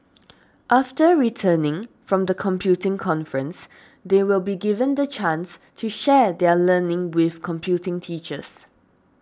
after returning from the computing conference they will be given the chance to share their learning with computing teachers